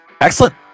Excellent